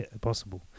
possible